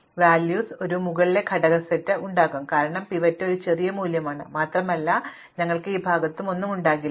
അതിനാൽ നിങ്ങൾക്ക് n minus 1 മൂല്യങ്ങളുള്ള ഒരു മുകളിലെ ഘടക സെറ്റ് ഉണ്ടാകും കാരണം പിവറ്റ് ഒരു ചെറിയ മൂല്യമാണ് മാത്രമല്ല ഞങ്ങൾക്ക് ഈ ഭാഗത്ത് ഒന്നും ഉണ്ടാകില്ല